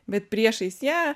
bet priešais ją